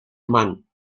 man